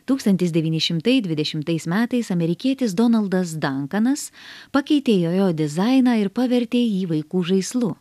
tūkstantis devyni šimtai dvidešimtais metais amerikietis donaldas dankanas pakeitė jojo dizainą ir pavertė jį vaikų žaislu